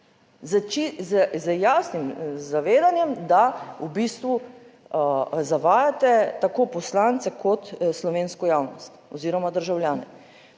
z jasnim zavedanjem, da v bistvu zavajate tako poslance kot slovensko javnost oziroma državljane.